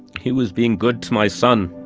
he was being good to my son